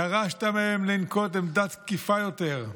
דרשת מהם לנקוט עמדה תקיפה יותר,